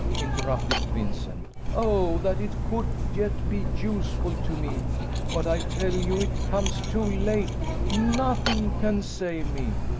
interrupted vincent oh, that it could yet be useful to me but i tell you it comes too late nothing can save me.